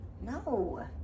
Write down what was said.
No